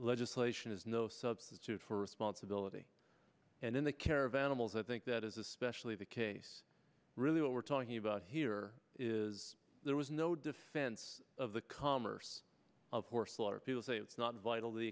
legislation is no substitute for responsibility and in the care of animals i think that is especially the case really what we're talking about here is there was no defense of the commerce of course a lot of people say it's not vital the